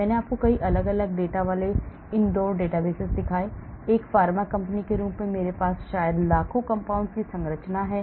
मैंने आपको कई अलग अलग डेटा वाले इनडोर डेटाबेस दिखाए एक फार्मा कंपनी के रूप में मेरे पास शायद लाखों कंपाउंड्स की संरचनाएं हैं